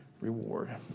reward